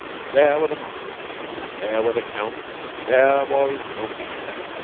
there were the marquises there were the counts there was bombito.